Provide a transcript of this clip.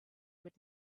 would